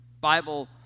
Bible